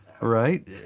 right